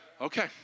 Okay